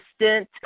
assistant